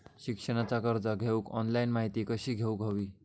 शिक्षणाचा कर्ज घेऊक ऑनलाइन माहिती कशी घेऊक हवी?